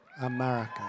America